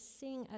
sing